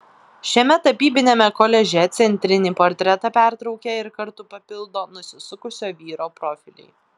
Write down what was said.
šiame tapybiniame koliaže centrinį portretą pertraukia ir kartu papildo nusisukusio vyro profiliai